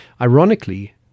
Ironically